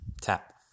tap